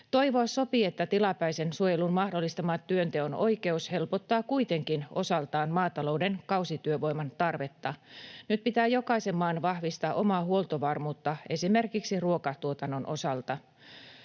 Toivoa sopii, että tilapäisen suojelun mahdollistama työnteon oikeus helpottaa kuitenkin osaltaan maatalouden kausityövoiman tarvetta. Nyt pitää jokaisen maan vahvistaa omaa huoltovarmuuttaan esimerkiksi ruokatuotannon osalta.